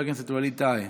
חבר הכנסת ווליד טאהא,